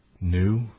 new